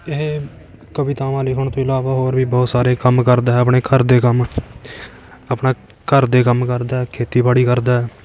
ਇਹ ਕਵਿਤਾਵਾਂ ਲਿਖਣ ਤੋਂ ਇਲਾਵਾ ਹੋਰ ਵੀ ਬਹੁਤ ਸਾਰੇ ਕੰਮ ਕਰਦਾ ਹੈ ਆਪਣੇ ਘਰ ਦੇ ਕੰਮ ਆਪਣਾ ਘਰ ਦੇ ਕੰਮ ਕਰਦਾ ਖੇਤੀਬਾੜੀ ਕਰਦਾ